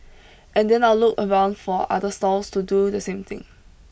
and then I'll look around for other stalls to do the same thing